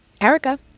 Erica